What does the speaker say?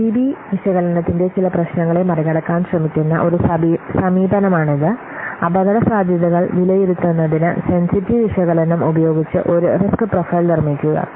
സിബി വിശകലനത്തിന്റെ ചില പ്രശ്നങ്ങളെ മറികടക്കാൻ ശ്രമിക്കുന്ന ഒരു സമീപനമാണിത് അപകടസാധ്യതകൾ വിലയിരുത്തുന്നതിന് സെൻസിറ്റീവ് വിശകലനം ഉപയോഗിച്ച് ഒരു റിസ്ക് പ്രൊഫൈൽ നിർമ്മിക്കുക